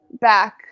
back